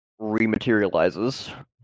rematerializes